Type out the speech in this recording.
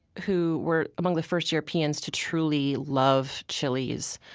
who were among the first europeans to truly love chilies,